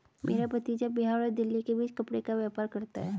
मेरा भतीजा बिहार और दिल्ली के बीच कपड़े का व्यापार करता है